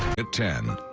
at ten.